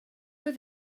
oedd